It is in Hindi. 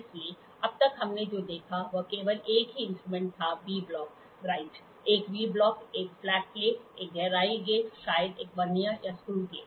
इसलिए अब तक हमने जो देखा वह केवल एक ही इंस्ट्रूमेंट था V ब्लॉक राइट एक वी ब्लॉक एक फ्लैट प्लेट एक गहराई गेज शायद एक वर्नियर या स्क्रू गेज